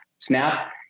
Snap